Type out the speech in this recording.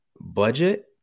budget